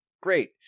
Great